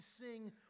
sing